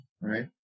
right